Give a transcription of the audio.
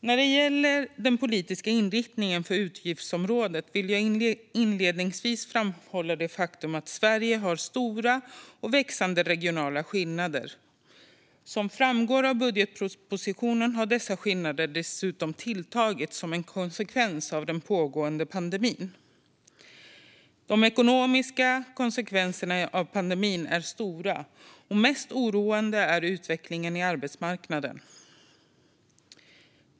När det gäller den politiska inriktningen för utgiftsområdet vill jag inledningsvis framhålla det faktum att Sverige har stora och växande regionala skillnader. Som framgår av budgetpropositionen har dessa skillnader dessutom tilltagit som en konsekvens av den pågående pandemin. De ekonomiska konsekvenserna av pandemin är stora, och mest oroande är utvecklingen på arbetsmarknaden.